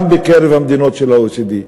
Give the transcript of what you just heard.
גם בקרב המדינות של ה-OECD.